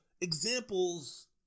examples